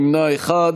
ונמנע אחד.